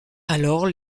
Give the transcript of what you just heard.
alors